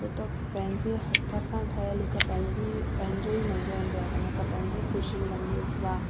छो त पंहिंजे हथ सां ठहियलु हिकु पंहिंजी पंहिंजो ई मज़ो हूंदो आहे इन में पंहिंजी ख़ुशी मिलंदी आहे वाह